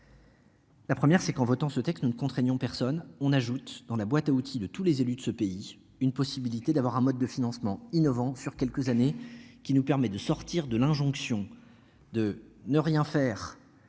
La première, c'est qu'en votant ce texte ne contraignant personne, on ajoute dans la boîte à outils de tous les élus de ce pays une possibilité d'avoir un mode de financement innovants sur quelques années qui nous permet de sortir de l'injonction de ne rien faire